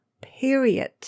period